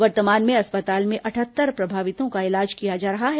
वर्तमान में अस्पताल में अठहत्तर प्रभावितों का इलाज किया जा रहा है